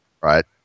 right